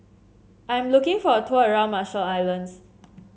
I am looking for a tour around Marshall Islands